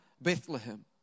Bethlehem